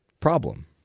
problem